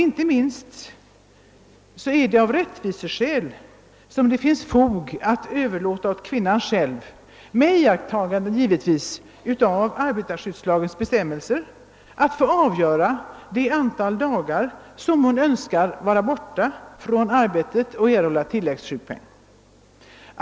Inte minst av rättviseskäl finns det fog att överlåta åt kvinnan själv att med iakttagande av arbetarskyddslagens bestämmelser avgöra det antal dagar som hon önskar vara borta från arbetet och erhålla tillläggssjukpenning.